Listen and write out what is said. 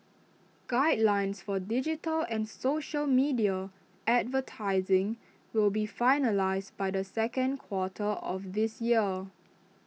guidelines for digital and social media advertising will be finalised by the second quarter of this year